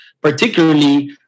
particularly